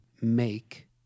make